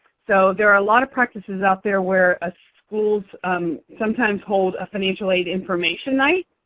so there are a lot of practices out there where ah schools um sometimes hold a financial aid information night.